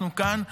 אנחנו כאן,